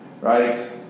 right